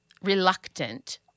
reluctant